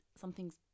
something's